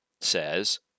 says